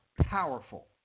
powerful